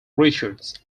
richards